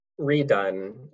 Redone